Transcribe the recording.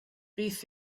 beth